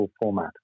format